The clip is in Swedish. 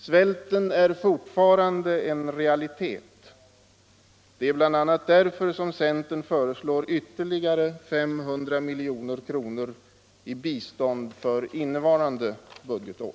Svälten är fortfarande en realitet. Det är bl.a. därför som centerpartiet föreslår ytterligare 500 milj.kr. i bistånd för innevarande budgetår.